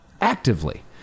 Actively